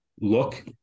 look